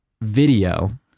Video